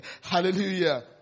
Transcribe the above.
Hallelujah